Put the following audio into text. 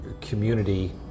community